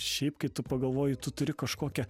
šiaip kai tu pagalvoji tu turi kažkokią